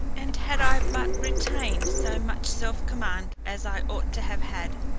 and had i but retained so much self-command as i ought to have had,